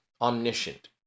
omniscient